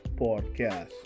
Podcast